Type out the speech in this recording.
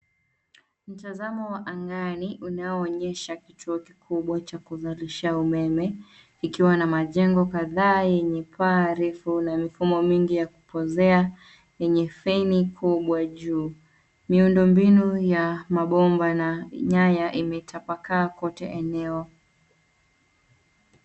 Mtazamo wa angani unaoonyesha kituo kikubwa cha kuzalisha umeme ikiwa na majengo kadhaa yenye paa refu na mifumo mingi ya kupozea yenye feni kubwa juu. Miundo mbinu ya mabomba na nyaya imetapaka kote eneo.